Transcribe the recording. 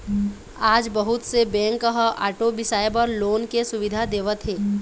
आज बहुत से बेंक ह आटो बिसाए बर लोन के सुबिधा देवत हे